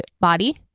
body